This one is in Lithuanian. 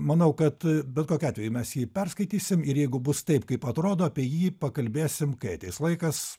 manau kad bet kokiu atveju mes jį perskaitysim ir jeigu bus taip kaip atrodo apie jį pakalbėsim kai ateis laikas